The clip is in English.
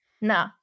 No